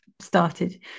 started